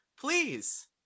please